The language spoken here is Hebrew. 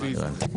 הבנתי.